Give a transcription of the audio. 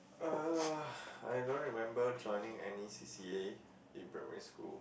uh I don't remember joining any C_C_A in primary school